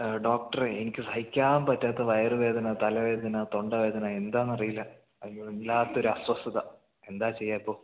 ഡോക്ടറെ എനിക്ക് സഹിക്കാൻ പറ്റാത്ത വയറുവേദന തലവേദന തൊണ്ടവേദന എന്താണെന്നറിയില്ല അയ്യോ വല്ലാത്ത ഒരു അസ്വസ്ഥത എന്താണ് ചെയ്യുക ഇപ്പോൾ